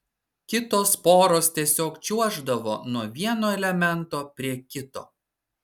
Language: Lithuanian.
kitos poros tiesiog čiuoždavo nuo vieno elemento prie kito